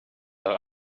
doch